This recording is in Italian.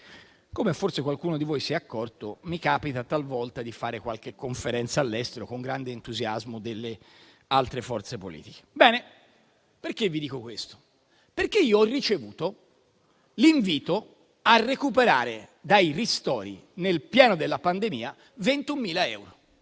come forse qualcuno di voi si è accorto, mi capita talvolta di fare qualche conferenza all'estero, con grande entusiasmo delle altre forze politiche. Perché vi dico questo? Perché io ho ricevuto l'invito a recuperare dai ristori, nel pieno della pandemia, 21.000 euro.